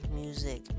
music